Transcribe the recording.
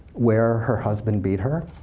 where her husband beat her,